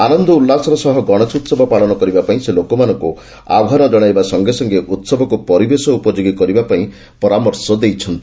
ଆନନ୍ଦ ଉଲ୍ଲାସର ସହ ଗଣେଶ ଉତ୍ସବ ପାଳନ କରିବା ପାଇଁ ସେ ଲୋକମାନଙ୍କୁ ଆହ୍ବାନ ଜଣାଇବା ସଙ୍ଗେସଙ୍ଗେ ଉତ୍ସବକୁ ପରିବେଶ ଉପଯୋଗୀ କରିବା ପାଇଁ ସେ ପରାମର୍ଶ ଦେଇଛନ୍ତି